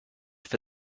for